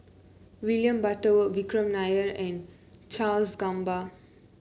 William Butterworth Vikram Nair and Charles Gamba